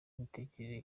imitekerereze